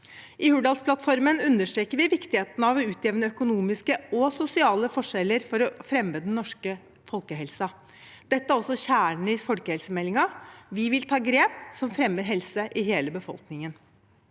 I Hurdalsplattformen understreker vi viktigheten av å utjevne økonomiske og sosiale forskjeller for å fremme den norske folkehelsen. Dette er også kjernen i folkehelsemeldingen. Vi vil ta grep som fremmer helse i hele befolkningen.